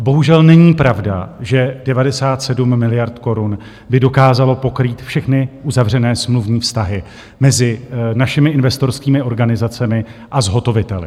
Bohužel není pravda, že 97 miliard korun by dokázalo pokrýt všechny uzavřené smluvní vztahy mezi našimi investorskými organizacemi a zhotoviteli.